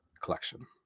collection